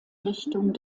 richtung